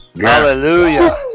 Hallelujah